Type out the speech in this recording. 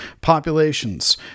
populations